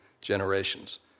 generations